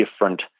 different